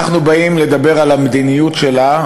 אנחנו באים לדבר על המדיניות שלה,